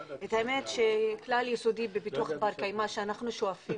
את האמת שכלל יסודי בפיתוח בר-קיימא שאנחנו שואפים